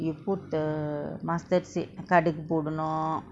you put the mustard seed kaduhu போடனு:podanu